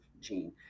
gene